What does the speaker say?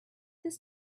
this